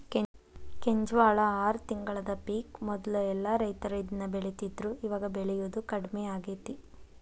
ಕೆಂಜ್ವಾಳ ಆರ ತಿಂಗಳದ ಪಿಕ್ ಮೊದ್ಲ ಎಲ್ಲಾ ರೈತರು ಇದ್ನ ಬೆಳಿತಿದ್ರು ಇವಾಗ ಬೆಳಿಯುದು ಕಡ್ಮಿ ಆಗೇತಿ